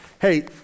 hey